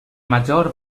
major